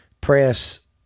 Press